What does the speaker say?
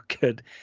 good